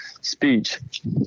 speech